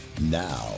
Now